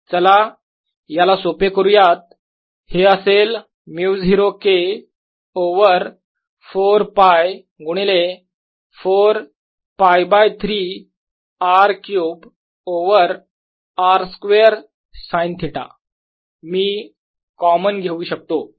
चला याला सोपे करूयात हे असेल μ0 K ओवर 4 π गुणिले 4 π by 3R cube over r square sine theta मी कॉमन घेऊ शकतो